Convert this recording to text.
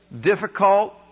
difficult